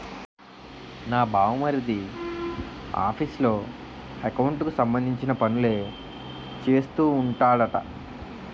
నా బావమరిది ఆఫీసులో ఎకౌంట్లకు సంబంధించిన పనులే చేస్తూ ఉంటాడట